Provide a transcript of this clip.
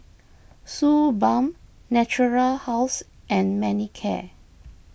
Suu Balm Natura House and Manicare